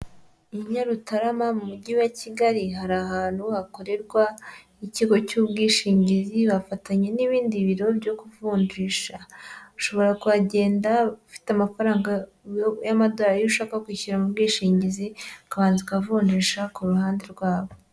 I Nyarutarama mu mujyi wa Kigali hari ahantu hakorerwa ikigo cy'ubwishingizi, bafatanye n'ibindi biro byo kuvunjisha, ushobora kuhagenda ufite amafaranga y'amadorari yo ushaka kwishyura mu bwishingizi ukabanza ukavunjisha ku ruhande rwabo.